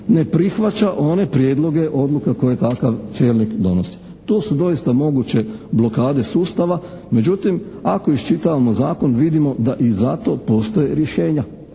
ne prihvaća one prijedloge odluka koje takav čelnik donosi. Tu su doista moguće blokade sustava. Međutim, ako iščitavamo Zakon vidimo da i za to postoje rješenja.